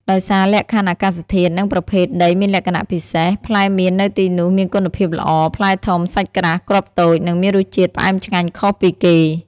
ដោយសារលក្ខខណ្ឌអាកាសធាតុ និងប្រភេទដីមានលក្ខណៈពិសេស ផ្លែមៀននៅទីនោះមានគុណភាពល្អ ផ្លែធំ សាច់ក្រាស់ គ្រាប់តូច និងមានរសជាតិផ្អែមឆ្ងាញ់ខុសពីគេ។